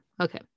Okay